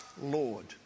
Lord